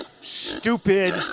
Stupid